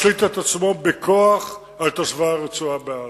משליט את עצמו בכוח על תושבי הרצועה, בעזה,